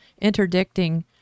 interdicting